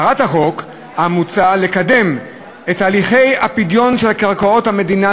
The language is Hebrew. מטרת החוק המוצע לקדם את הליכי הפדיון של קרקעות המדינה